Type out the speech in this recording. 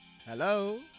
Hello